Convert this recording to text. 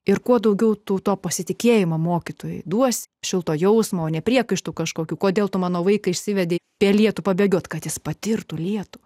ir kuo daugiau to pasitikėjimo mokytojai duos šilto jausmo o ne priekaištų kažkokių kodėl tu mano vaiką išsivedė per lietų pabėgioti kad jis patirtų lietų